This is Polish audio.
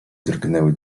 drgnęły